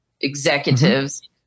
executives